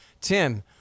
Tim